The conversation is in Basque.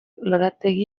lorategi